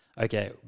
okay